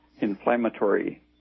inflammatory